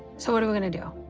so what are we going to do?